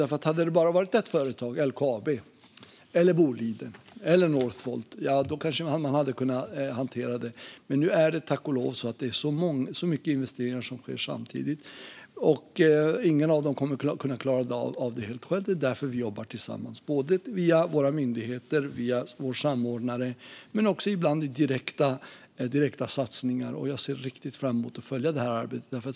Om det hade varit fråga om bara ett företag, LKAB, Boliden eller Northvolt, hade man kanske kunnat hantera det. Men nu är det tack och lov så många investeringar som sker samtidigt, och inget företag kommer att kunna klara av detta helt självt. Det är därför som vi jobbar tillsammans via våra myndigheter och vår samordnare och ibland genom direkta satsningar. Och jag ser mycket fram emot att följa detta arbete.